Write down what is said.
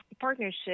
partnership